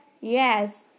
yes